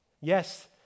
Yes